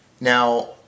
Now